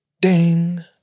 ding